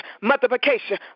Multiplication